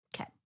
Okay